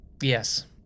Yes